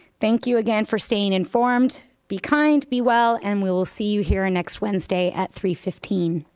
thank you again for staying informed. be kind, be well, and we will see you here next wednesday at three fifteen.